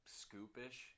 scoopish